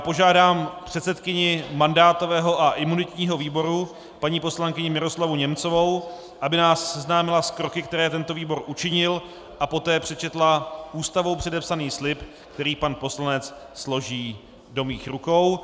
Požádám předsedkyni mandátového a imunitního výboru paní poslankyni Miroslavu Němcovou, aby nás seznámila s kroky, které tento výbor učinil, a poté přečetla Ústavou předepsaný slib, který pan poslanec složí do mých rukou.